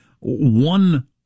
one